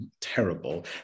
terrible